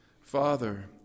Father